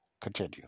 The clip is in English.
Continue